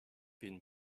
been